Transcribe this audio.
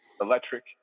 electric